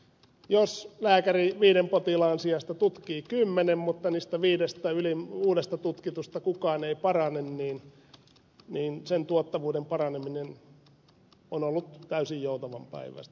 jos lääkäri viiden potilaan sijasta tutkii kymmenen mutta niistä viidestä uudesta tutkitusta kukaan ei parane niin se tuottavuuden paraneminen on ollut täysin joutavanpäiväistä